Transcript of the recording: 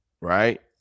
right